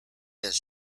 this